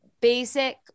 basic